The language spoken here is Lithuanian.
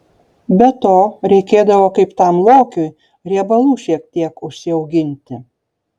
be to reikėdavo kaip tam lokiui riebalų šiek tiek užsiauginti